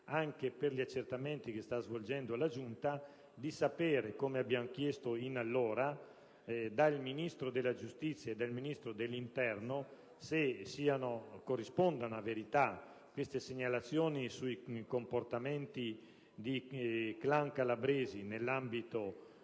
anche per gli accertamenti che sta svolgendo la Giunta, di sapere dal Ministro della giustizia e dal Ministro dell'interno se corrispondano a verità queste segnalazioni sui comportamenti di clan calabresi nell'ambito